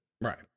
Right